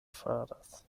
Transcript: faras